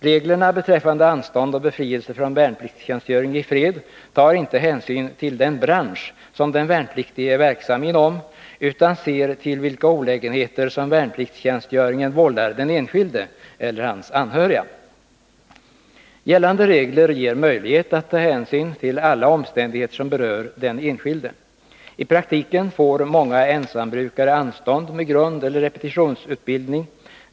Reglerna beträffande anstånd och befrielse från värnpliktstjänstgöring i fred tar inte hänsyn till den bransch som den värnpliktige är verksam inom utan ser till vilka olägenheter som värnpliktstjänstgöringen vållar den enskilde eller hans anhöriga. Gällande regler ger möjlighet att ta hänsyn till alla omständigheter som berör den enskilde. I praktiken får många ensambrukare anstånd med grundeller repetitionsutbildning.